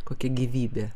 kokia gyvybė